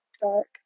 dark